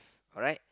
alright